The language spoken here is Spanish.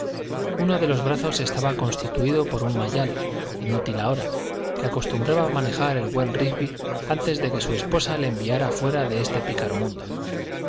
uno de los brazos estaba constituído por un mayal inútil ahora que acostumbraba manejar el buen rigby antes de que su esposa le enviara fuera de este pícaro mundo